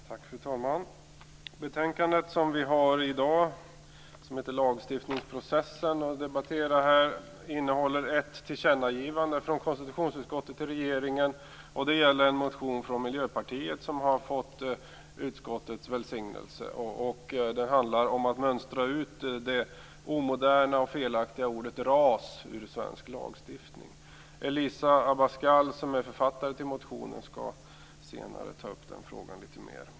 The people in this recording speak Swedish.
Fru talman! Det betänkande som vi debatterar i dag heter Lagstiftningsprocessen. Det innehåller ett tillkännagivande från konstitutionsutskottet till regeringen. Det gäller en motion från Miljöpartiet som har fått utskottets välsignelse. Den handlar om att mönstra ut det omoderna och felaktiga ordet ras ur svensk lagstiftning. Elisa Abascal Reyes som är författare till motionen skall senare ta upp den frågan litet mer.